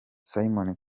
simoni